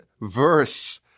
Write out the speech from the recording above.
verse